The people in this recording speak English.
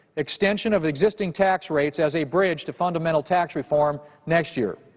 extension of exist being tax rates as a bridge to fundamental tax reform next year.